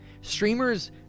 Streamers